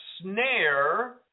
snare